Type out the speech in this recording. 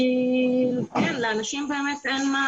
כי לאנשים אין,